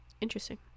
Interesting